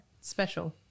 special